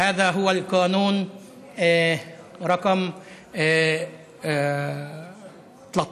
חוק מס' 13